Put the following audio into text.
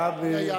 רבין.